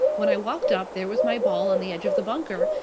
when i walked up, there was my ball on the edge of the bunker,